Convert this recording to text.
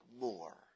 more